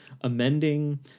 amending